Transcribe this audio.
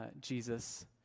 Jesus